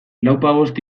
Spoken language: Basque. lauzpabost